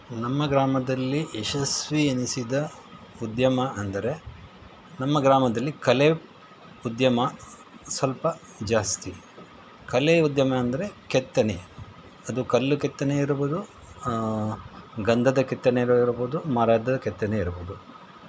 ನಮ್ಮ ಗ್ರಾಮದಲ್ಲಿ ಯಶಸ್ವಿ ಎನಿಸಿದ ಉದ್ಯಮ ಅಂದರೆ ನಮ್ಮ ಗ್ರಾಮದಲ್ಲಿ ಕಲೆ ಉದ್ಯಮ ಸ್ವಲ್ಪ ಜಾಸ್ತಿ ಕಲೆ ಉದ್ಯಮ ಅಂದರೆ ಕೆತ್ತನೆ ಅದು ಕಲ್ಲು ಕೆತ್ತನೆ ಇರಬೌದು ಗಂಧದ ಕೆತ್ತನೇನೂ ಇರಬೌದು ಮರದ ಕೆತ್ತನೆ ಇರಬೌದು